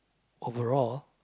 overall